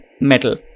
metal